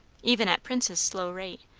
even at prince's slow rate,